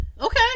Okay